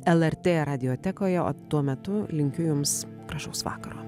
lrt radiotekoje o tuo metu linkiu jums gražaus vakaro